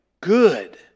good